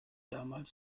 damals